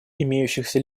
имеющихся